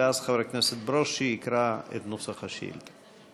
ואז חבר הכנסת ברושי יקרא את נוסח השאילתה.